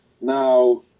Now